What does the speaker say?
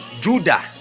Judah